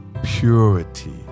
Purity